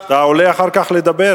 אתה עולה אחר כך לדבר.